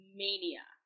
mania